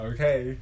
Okay